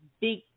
big